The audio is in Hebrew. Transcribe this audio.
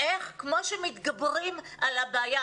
כפי שמתגברים על בעיות.